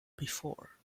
before